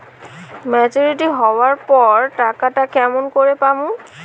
Maturity হবার পর টাকাটা কেমন করি পামু?